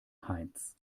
heinz